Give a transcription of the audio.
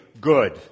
good